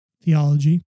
theology